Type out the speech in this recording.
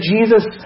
Jesus